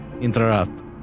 Interrupt